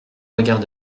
regard